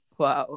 wow